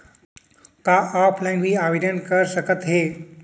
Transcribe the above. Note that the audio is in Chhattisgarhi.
का ऑफलाइन भी आवदेन कर सकत हे?